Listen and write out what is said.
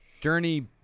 journey